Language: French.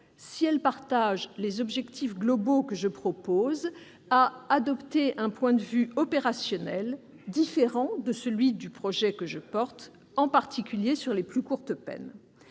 si elle partage les objectifs globaux que je propose, a adopté un point de vue opérationnel différent, en particulier sur les plus courtes peines.